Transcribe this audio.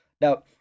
Now